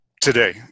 today